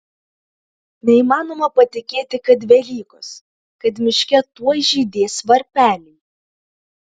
neįmanoma patikėti kad velykos kad miške tuoj žydės varpeliai